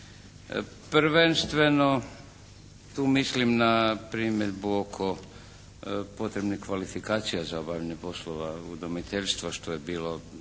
Prvenstveno tu mislim na primjedbu oko potrebnih kvalifikacija za obavljanje poslova udomiteljstva što je bilo